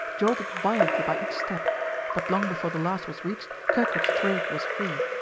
jolted violently by each step but long before the last was reached, kirkwood's throat was free.